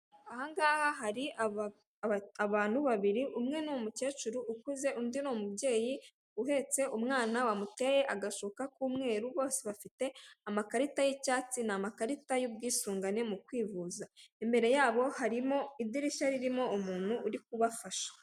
Ahangaha hari abantu babiri umwe ni umukecuru ukuze undi ni umubyeyi uhetse umwana wamuteye agashuka k'umweru bose bafite amakarita y'icyatsi n' amakarita y'ubwisungane mu kwivuza, imbere yabo harimo idirishya ririmo umuntu uri kubafasha.